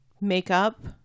Makeup